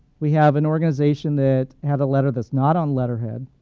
we have an organization that had a letter that's not on letterhead.